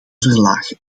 verlagen